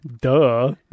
Duh